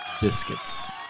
biscuits